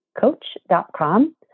Coach.com